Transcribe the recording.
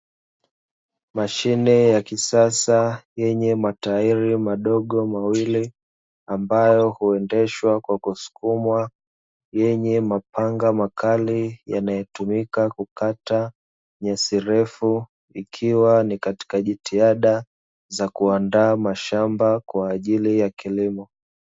Mashine ya kisasa yenye matairi madogo mawili, ambayo huendeshwa kwa kusukumwa yenye mapanga makali, yanayotumika kukata nyasi ndefu ikiwa ni katika jitihada za kuandaa mashamba kwa ajili ya kilimo.